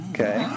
Okay